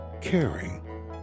caring